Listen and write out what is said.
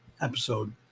episode